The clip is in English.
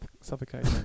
suffocate